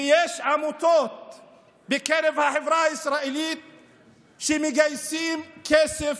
ויש עמותות בקרב החברה הישראלית שמגייסות להם כסף.